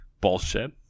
bullshit